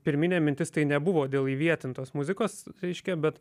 pirminė mintis tai nebuvo dėl įvietintos muzikos reiškia bet